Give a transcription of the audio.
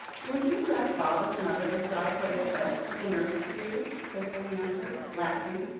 will you let baba's mother decide what is best for the nurse to do? cicely answered, laughing,